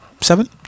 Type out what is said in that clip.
Seven